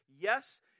yes